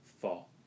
fall